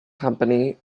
company